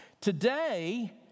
Today